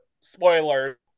spoiler